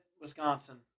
wisconsin